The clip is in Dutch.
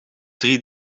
drie